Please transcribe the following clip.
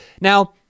Now